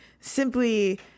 simply